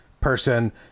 person